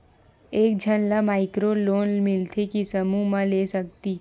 एक झन ला माइक्रो लोन मिलथे कि समूह मा ले सकती?